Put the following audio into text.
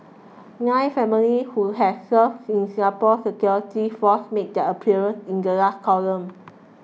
nine families who have served in Singapore's security forces made their appearance in the last column